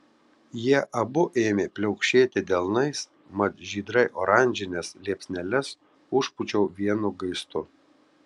jie abu ėmė pliaukšėti delnais mat žydrai oranžines liepsneles užpūčiau vienu gaistu